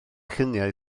lluniau